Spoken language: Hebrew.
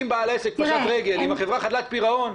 אם בעל עסק פשט רגל, אם החברה חדלת פירעון,